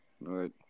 right